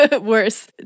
worse